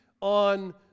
on